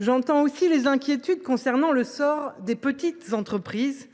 J’entends les inquiétudes concernant le sort des petites entreprises.